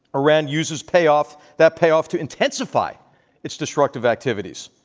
iran uses payoff that payoff to intensify its destructive activities.